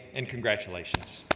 and congratulations.